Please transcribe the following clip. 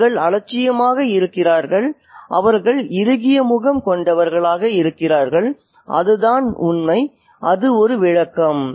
அவர்கள் அலட்சியமாக இருக்கிறார்கள் அவர்கள் "இறுகிய முகம்" கொண்டவர்கள் அதுதான் உண்மை அது ஒரு விளக்கம்